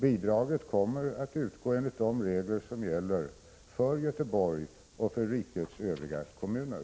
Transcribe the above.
Bidraget kommer att utgå enligt de regler som gäller för Göteborg och för rikets övriga kommuner.